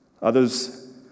Others